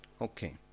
Okay